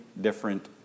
different